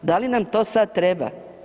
Da li nam to sad treba?